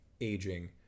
aging